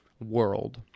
world